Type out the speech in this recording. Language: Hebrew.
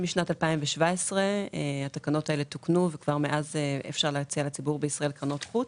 בשנת 2017 התקנות האלו תוקנו ואפשר להציע לציבור בישראל קרנות חוץ.